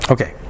Okay